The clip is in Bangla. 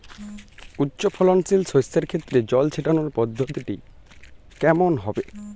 উচ্চফলনশীল শস্যের ক্ষেত্রে জল ছেটানোর পদ্ধতিটি কমন হবে?